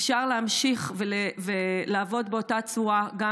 אפשר להמשיך ולעבוד באותה צורה גם